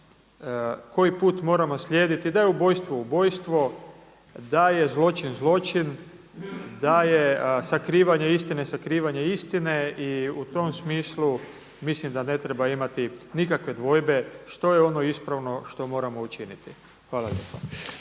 koji put moramo slijediti, da je ubojstvo ubojstvo, da je zločin zločin, da je sakrivanje istine, sakrivanje istine i u tom smislu mislim da ne treba imati nikakve dvojbe što je ono ispravno što moramo učiniti. Hvala